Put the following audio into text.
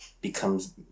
becomes